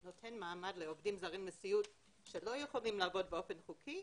נותן מעמד לעובדים זרים לסיעוד שלא יכולים לעבוד באופן חוקי,